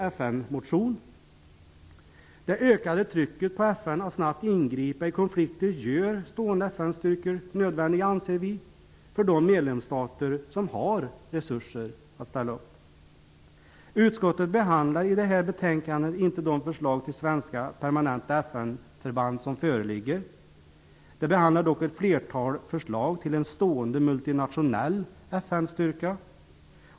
Vi anser att det ökade trycket på FN att snabbt ingripa i konflikter gör det nödvändigt att ha stående FN-styrkor i de stater som har resurser att ställa upp. Utskottet behandlar i det här betänkandet inte de förslag till svenska permanenta FN-förband som föreligger. Det behandlar dock ett flertal förslag till en stående multinationell FN-styrka.